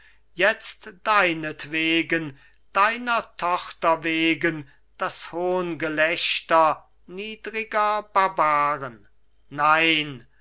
jetzt deinetwegen deiner tochter wegen das hohngelächter niedriger barbaren nein